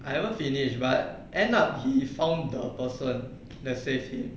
I haven't finish but end up he found the person that save him